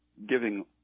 Giving